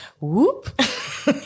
whoop